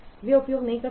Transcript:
वे उपयोग नहीं कर सकते